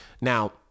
Now